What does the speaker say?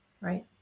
Right